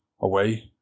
away